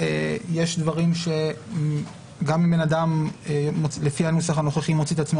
יש דברים שגם אם אדם לפי הנוסח הנוכחי מוציא עצמו